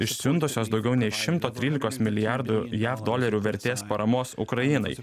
išsiuntusios daugiau nei šimto trylikos milijardų jav dolerių vertės paramos ukrainai